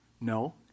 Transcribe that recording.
No